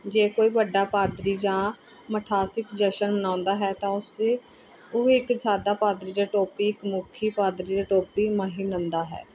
ਜੇ ਕੋਈ ਵੱਡਾ ਪਾਦਰੀ ਜਾਂ ਮਠਾਧੀਸ਼ ਜਸ਼ਨ ਮਨਾਉਂਦਾ ਹੈ ਤਾਂ ਉਸਦੀ ਉਹ ਇੱਕ ਸਾਦਾ ਪਾਦਰੀ ਜਾਂ ਟੋਪੀ ਇੱਕਮੁੱਖੀ ਪਾਦਰੀ ਦੀ ਟੋਪੀ ਪਹਿਨਦਾ ਹੈ